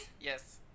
Yes